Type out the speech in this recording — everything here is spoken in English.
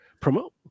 promote